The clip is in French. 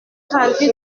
ravie